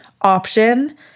option